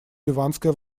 ливанское